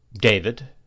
david